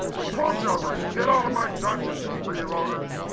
i told you already, get out of my dungeon, you freeloaders.